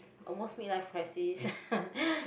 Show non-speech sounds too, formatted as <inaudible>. almost mid life crisis <laughs>